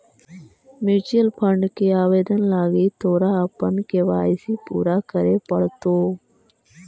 mutual fund के आवेदन लागी तोरा अपन के.वाई.सी पूरा करे पड़तो